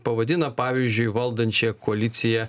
pavadina pavyzdžiui valdančiąją koaliciją